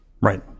Right